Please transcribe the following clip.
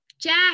Jack